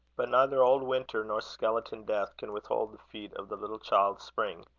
but neither old winter nor skeleton death can withhold the feet of the little child spring.